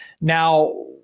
Now